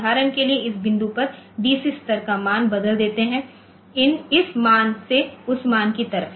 उदाहरण के लिए इस बिंदु पर डीसी स्तर का मान बदल देते हैं इस मान से उस मान की तरफ